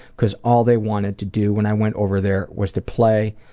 because all they wanted to do when i went over there was to play